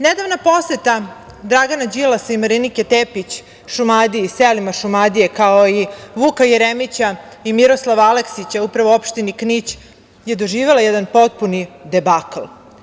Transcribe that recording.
Nedavna poseta Dragana Đilasa i Marinike Tepić Šumadiji, selima Šumadije, kao i Vuka Jeremića i Miroslava Aleksića opštini Knić je doživela jedan potpuni debakl.